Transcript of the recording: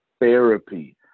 therapy